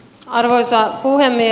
arvoisa puhemies